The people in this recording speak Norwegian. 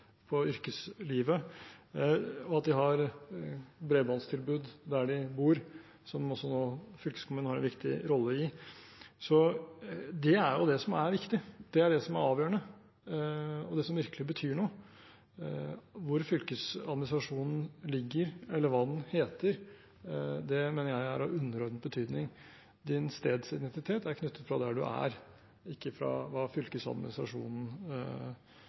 yrkeslivet, og at de har et bredbåndstilbud der de bor, som også fylkeskommunene har en viktig rolle i. Det er det som er viktig, det er det som er avgjørende, og det er det som virkelig betyr noe. Hvor fylkesadministrasjonen ligger, eller hva den heter, mener jeg er av underordnet betydning. Din stedsidentitet er knyttet til der du er fra, ikke til hva fylkesadministrasjonen